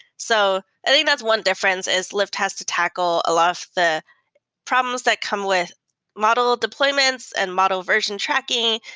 so i think that's one difference, is lyft has to tackle a lot of the problems that come with model deployments and model version tracking.